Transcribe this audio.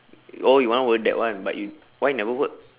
oh you want work that one but why you never work